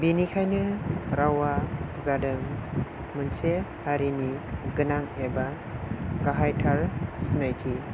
बेनिखायनो रावा जादों मोनसे हारिनि गोनां एबा गाहायथार सिनायथि